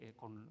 con